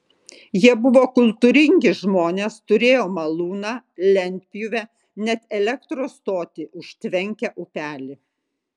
jie buvo kultūringi žmonės turėjo malūną lentpjūvę net elektros stotį užtvenkę upelį